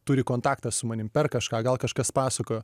turi kontaktą su manim per kažką gal kažkas pasakojo